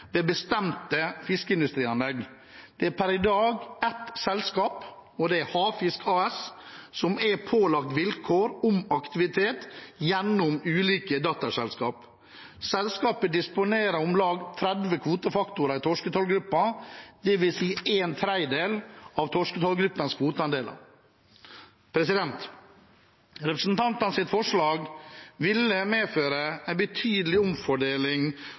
bestemte fiskeindustrianlegg. Det er per i dag ett selskap, og det er Havfisk AS, som er pålagt vilkår om aktivitet gjennom ulike datterselskap. Selskapet disponerer om lag 30 kvotefaktorer i torsketrålgruppen, dvs. en tredjedel av torsketrålgruppens kvoteandeler. Representantenes forslag ville medføre en betydelig omfordeling